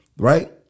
Right